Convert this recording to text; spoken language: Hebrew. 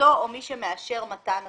בחתימתו או מי שמאשר מתן אשראי.